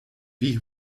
ich